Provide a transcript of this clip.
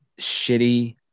shitty